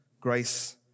grace